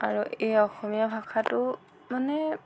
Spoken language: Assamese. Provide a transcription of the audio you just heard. আৰু এই অসমীয়া ভাষাটো মানে